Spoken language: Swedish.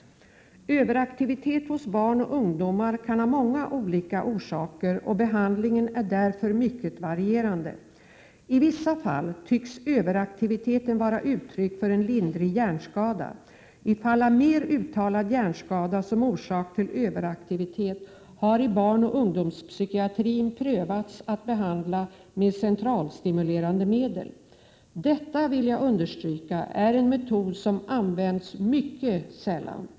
6 maj 1988 Överaktivitet hos barn och ungdomar kan ha många olika orsaker och behandlingen är därför mycket varierande. I vissa fall tycks överaktiviteten vara uttryck för en lindrig hjärnskada. I fall av mer uttalad hjärnskada som orsak till överaktivitet har i barnoch ungdomspsykiatrin prövats att behandla med centralstimulerande medel. Detta, vill jag understryka, är en metod som används mycket sällan.